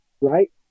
Right